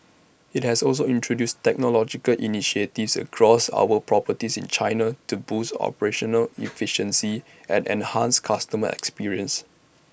IT has also introduced technological initiatives across our properties in China to boost operational efficiency and enhance customer experience